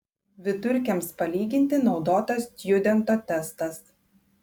vidurkiams palyginti naudotas stjudento testas